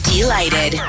Delighted